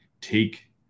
take